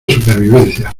supervivencia